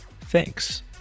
Thanks